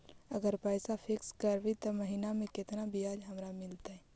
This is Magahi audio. अगर पैसा फिक्स करबै त महिना मे केतना ब्याज हमरा मिलतै?